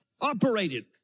operated